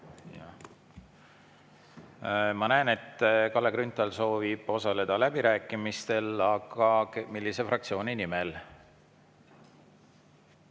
Ma näen, et Kalle Grünthal soovib osaleda läbirääkimistel, aga millise fraktsiooni nimel?